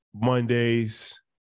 mondays